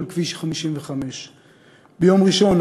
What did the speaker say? על כביש 55. ביום ראשון,